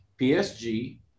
PSG